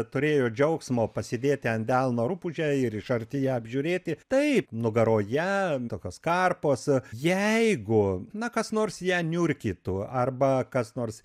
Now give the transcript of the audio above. turėjo džiaugsmo pasidėti ant delno rupūžę ir iš arti ją apžiūrėti taip nugaroje tokios karpos jeigu na kas nors ją niurkytų arba kas nors